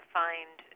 find